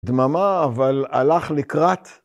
דממה אבל הלך לקראת.